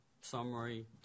summary